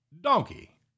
Donkey